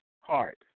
heart